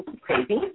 crazy